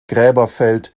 gräberfeld